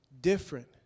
different